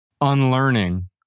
unlearning